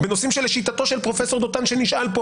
בנושאים שלשיטתו של פרופסור דותן שנשאל פה